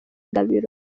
gabiro